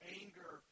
anger